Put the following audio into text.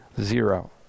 Zero